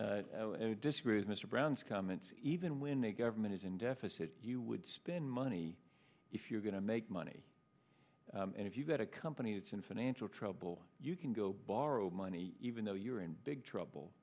i disagree with mr brown's comments even when a government is in deficit you would spend money if you're going to make money and if you've got a company it's in financial trouble you can go borrow money even though you're in big trouble